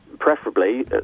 Preferably